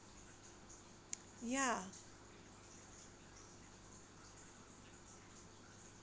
ya